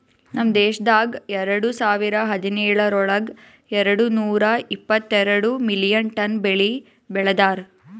ನಮ್ ದೇಶದಾಗ್ ಎರಡು ಸಾವಿರ ಹದಿನೇಳರೊಳಗ್ ಎರಡು ನೂರಾ ಎಪ್ಪತ್ತೆರಡು ಮಿಲಿಯನ್ ಟನ್ ಬೆಳಿ ಬೆ ಳದಾರ್